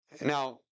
Now